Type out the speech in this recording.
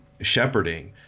shepherding